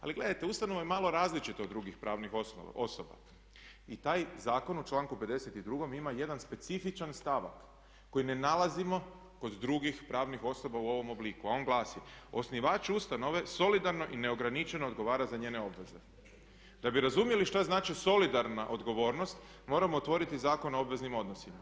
Ali gledajte, ustanova vam je malo različita od drugih pravnih osoba i taj zakon u članku 52. ima jedan specifičan stavak koji ne nalazimo kod drugih pravnih osoba u ovom obliku a on glasi: "Osnivač ustanove solidarno i neograničeno odgovara za njene obveze." Da bi razumjeli što znači solidarna odgovornost moramo otvoriti Zakon o obveznim odnosima.